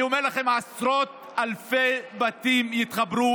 אני אומר לכם: עשרות אלפי בתים יתחברו